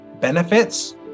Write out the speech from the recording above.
benefits